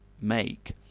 make